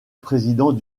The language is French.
président